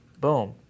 boom